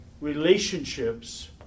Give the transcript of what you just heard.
relationships